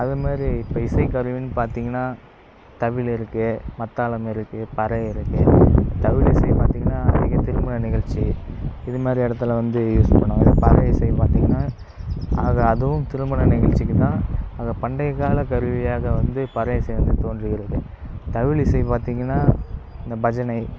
அதேமாதிரி இப்போ இசைக்கருவினு பார்த்திங்கனா தவில் இருக்குது மத்தளம் இருக்குது பறை இருக்குது தவில் இசை பார்த்திங்கனா திருமண நிகழ்ச்சி இதுமாதிரி இடத்துல வந்து யூஸ் பண்ணுவாங்க பறை இசை பார்த்திங்கனா அது அதுவும் திருமண நிகழ்ச்சிக்கு தான் அதை பண்டைய கால கருவியாக வந்து பறை இசை வந்து தோன்றுகிறது தவில் இசை பார்த்திங்கனா இந்த பஜனை